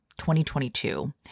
2022